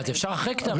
אז אפשר אחרי כתב אישום.